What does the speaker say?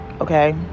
okay